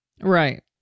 Right